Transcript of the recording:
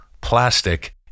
plastic